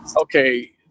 okay